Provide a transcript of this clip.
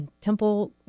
Temple